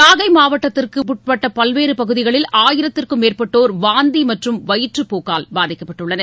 நாகைமாவட்டத்திற்குஉட்பட்டபல்வேறுபகுதிகளில் ஆயிரத்திற்கும் மேற்பட்டோர் வாந்திமற்றும் வயிற்றுப்போக்கால் பாதிக்கப்பட்டுள்ளனர்